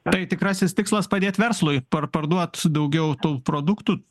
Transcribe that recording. tai tikrasis tikslas padėt verslui par parduot daugiau tų produktų